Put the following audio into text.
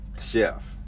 chef